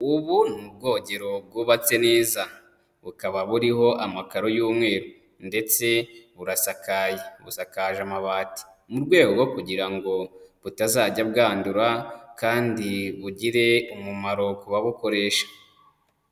Ubu ni ubwogero bwubatse neza bukaba buriho amakaro y'umweru ndetse burasakaye, busakaje amabati mu rwego rwo kugira ngo butazajya bwandura kandi bugire umumaro ku babukoresha.